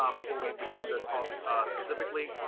ah before we begin the talk specifically.